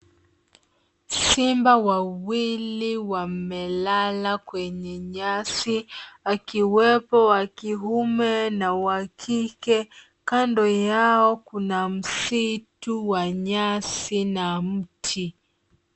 Simba wawili wamelala kwenye nyasi akiwepo wa kiume na wakike. Kando yao kuna msitu wa nyasi na mti.